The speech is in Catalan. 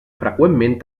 freqüentment